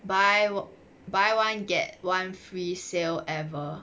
buy buy one get one free sale ever